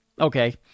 Okay